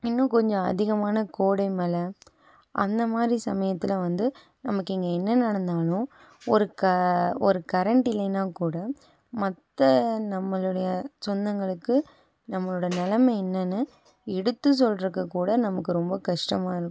இன்னும் கொஞ்சம் அதிகமான கோடை மழை அந்த மாதிரி சமயத்தில் வந்து நமக்கு இங்கே என்ன நடந்தாலும் ஒரு க ஒரு கரண்டு இல்லன்னா கூட மற்ற நம்மளுடைய சொந்தங்களுக்கு நம்மளோட நிலம என்னென்னு எடுத்து சொல்றதுக்கு கூட நமக்கு ரொம்ப கஷ்டமாக இருக்கும்